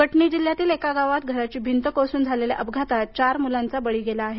कटनी जिल्ह्यातील एका गावात घराची भिंत कोसळून झालेल्या अपघातात चार मुलांचा बळी गेला आहे